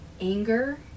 anger